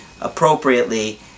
appropriately